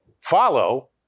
follow